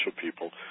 people